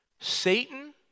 Satan